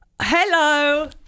hello